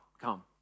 come